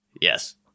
Yes